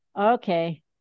Okay